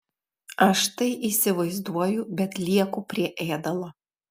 aš tai įsivaizduoju bet lieku prie ėdalo